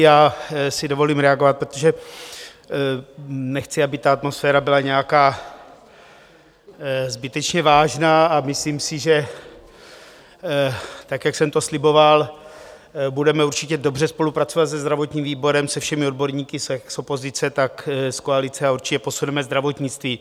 Já si dovolím reagovat, protože nechci, aby ta atmosféra byla nějaká zbytečně vážná, a myslím si, že tak jak jsem to sliboval, budeme určitě dobře spolupracovat se zdravotním výborem, se všemi odborníky jak z opozice, tak z koalice a určitě posuneme zdravotnictví.